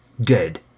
dead